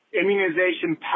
immunization